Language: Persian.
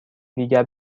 دیگر